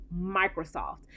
Microsoft